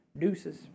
deuces